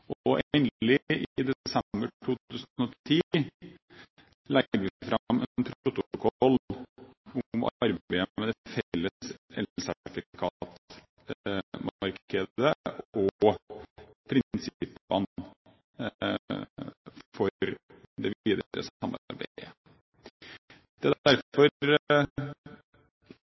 Og endelig – i desember 2010 – kunne de legge fram en protokoll om arbeidet med det felles elsertifikatmarkedet og prinsippene for det videre samarbeidet. Det er derfor